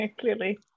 clearly